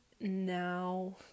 now